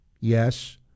Yes